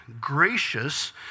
gracious